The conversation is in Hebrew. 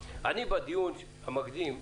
אני, בדיון המקדים שאלתי,